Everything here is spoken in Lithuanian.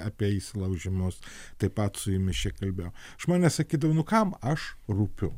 apie įsilaužimus taip pat su jumis čia kalbėjo žmonės sakydavo nu kam aš rūpiu